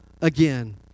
again